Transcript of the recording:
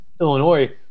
illinois